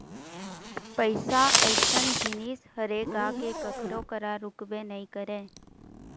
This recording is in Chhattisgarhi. पइसा अइसन जिनिस हरे गा के कखरो करा रुकबे नइ करय